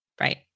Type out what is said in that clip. Right